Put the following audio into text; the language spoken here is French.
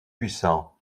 puissant